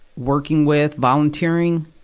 working with, volunteering,